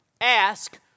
ask